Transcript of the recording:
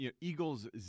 Eagles